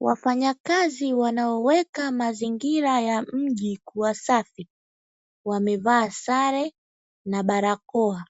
Wafanyakazi wanaoweka mazingira ya mji kuwa safi wamevaa sare na barakoa